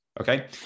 okay